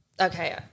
Okay